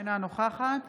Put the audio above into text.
אינה נוכחת